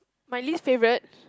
my least favourite